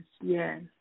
yes